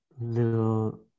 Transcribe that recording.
little